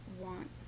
want